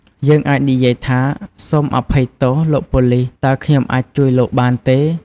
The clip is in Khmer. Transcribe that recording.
យើងអាចនិយាយថា "សូមអភ័យទោស លោកប៉ូលិស តើខ្ញុំអាចជួបលោកបានទេ?"